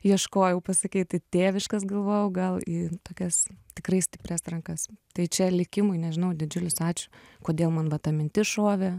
ieškojau pasakyti tėviškas galvojau gal į tokias tikrai stiprias rankas tai čia likimui nežinau didžiulis ačiū kodėl man va ta mintis šovė